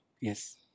Yes